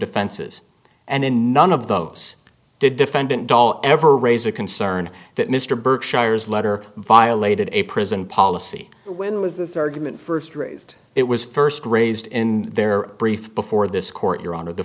defenses and in none of those did defendant all ever raise a concern that mr berkshire's letter violated a prison policy when was this argument first raised it was first raised in their brief before this court your honor the